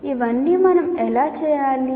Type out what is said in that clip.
ఇవన్నీ మనం ఎలా చేయాలి